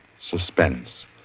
Suspense